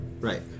Right